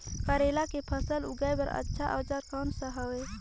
करेला के फसल उगाई बार अच्छा औजार कोन सा हवे?